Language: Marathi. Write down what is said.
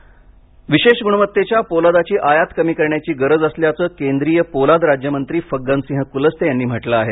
पोलाद विशेष गुणवत्तेच्या पोलादाची आयात कमी करण्याची गरज असल्याचं केंद्रीय पोलाद राज्यमंत्री फग्गन सिंह कुलस्ते यांनी म्हटलं आहे